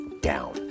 down